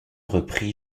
reprit